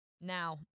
now